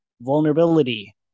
Vulnerability